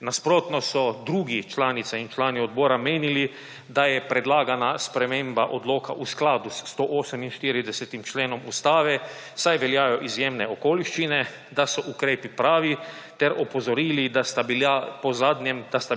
Nasprotno so drugi članice in člani odbora menili, da je predlagana sprememba odloka v skladu s 148. členom Ustave, saj veljajo izjemne okoliščine, da so ukrepi pravi, ter opozorili, da sta